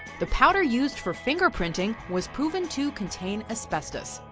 the powder used for fingerprinting, was proven to contain asbestos,